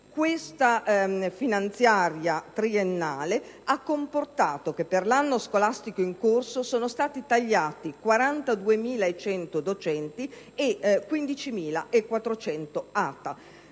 Questa finanziaria triennale ha comportato per l'anno scolastico in corso il taglio di 42.100 docenti e 15.400 ATA,